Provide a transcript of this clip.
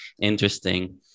interesting